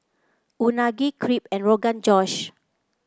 Unagi Crepe and Rogan Josh